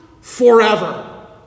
forever